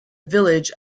village